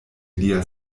lia